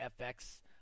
FX